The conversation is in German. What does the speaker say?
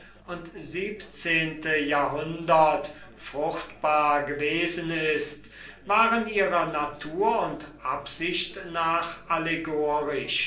und siebenzehnte jahrhundert fruchtbar gewesen ist waren ihrer natur und absicht nach